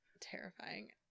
Terrifying